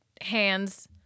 hands